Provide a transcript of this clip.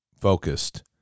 focused